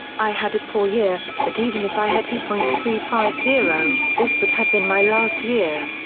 i had a poor year, but even if i had hit point three five zero, this would have been my last year.